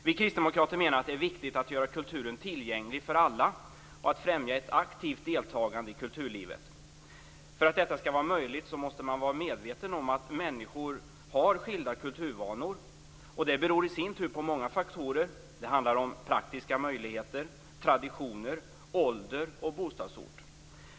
Vi kristdemokrater menar att det är viktigt att göra kulturen tillgänglig för alla och att främja ett aktivt deltagande i kulturlivet. För att detta skall vara möjligt måste man vara medveten om att människor har skilda kulturvanor. Det beror i sin tur på många faktorer. Det handlar om praktiska möjligheter, traditioner, ålder och bostadsort.